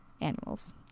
animals